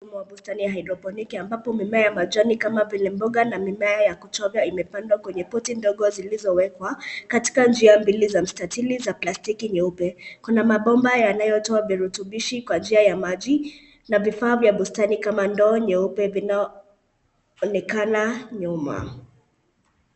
Mumo mwa bustani ya hydroponic ambapo mimea ya majani kama vile mboga na mimea ya kuchovya imepandwa kwenye poti ndogo zilizowekwa katika njia mbili za mstatili za plastiki nyeupe. Kuna mabomba yanayotoa virutubisho kwa njia ya maji na vifaa vya bustani kama ndoo nyeupe vinaonekana nyuma.